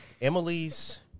Emily's